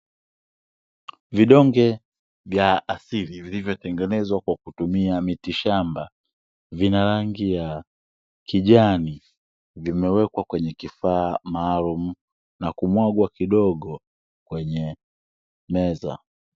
Vidonge vya asili vilivyotengenezwa kwa kutumia miti shamba vina rangi ya kijani, vimewekwa kwenye kifaa maalumu na kumwagwa kidogo kwenye meza.